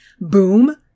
boom